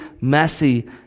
messy